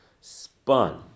spun